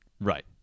right